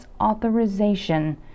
authorization